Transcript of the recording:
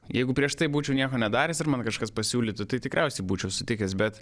jeigu prieš tai būčiau nieko nedaręs ir man kažkas pasiūlytų tai tikriausiai būčiau sutikęs bet